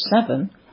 seven